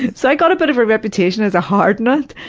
so i got a bit of a reputation as a hard nut,